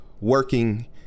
working